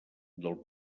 del